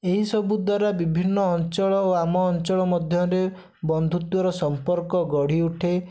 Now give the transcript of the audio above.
ଏହିସବୁ ଦ୍ୱାରା ବିଭିନ୍ନ ଅଞ୍ଚଳ ଓ ଆମ ଅଞ୍ଚଳ ମଧ୍ୟରେ ବନ୍ଧୁତ୍ୱର ସମ୍ପର୍କ ଗଢ଼ି ଉଠେ